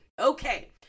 Okay